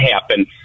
happen